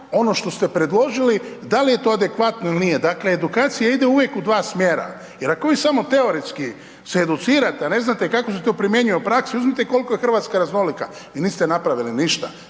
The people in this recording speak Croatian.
ono što ste predložili, da li je to adekvatno ili nije. Dakle, edukacija ide uvijek u 2 mjera, jer ako vi samo teoretski se educirate, a ne znate kako se to primjenjuje u praksi, uzmite koliko je Hrvatska raznolika i niste napravili ništa.